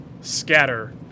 scatter